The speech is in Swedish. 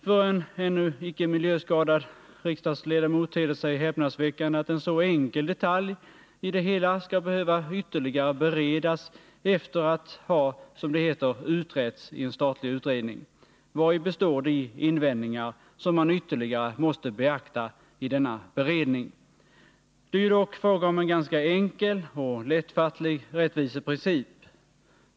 För en ännu inte miljöskadad riksdagsledamot ter det sig häpnadsväckande att en så enkel detalj i det hela skall behöva ytterligare beredas efter att ha, som det heter, utretts i en statlig utredning. Vari består de invändningar som man ytterligare måste beakta i denna ”beredning”? Det är dock fråga om en ganska enkel och lättfattlig rättviseprincip.